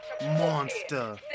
Monster